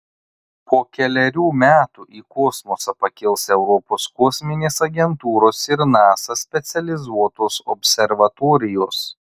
po kelerių metų į kosmosą pakils europos kosminės agentūros ir nasa specializuotos observatorijos